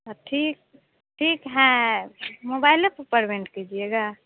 ह ठीक ठीक है मोबाइल पर पर्मेंट कीजिएगा